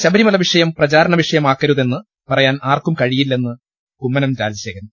ശബരിമലവിഷയം പ്രചാരണവിഷയമാക്കരുതെന്ന് പറയാൻ ആർക്കും കഴിയില്ലെന്ന് കുമ്മനം രാജശേഖരൻ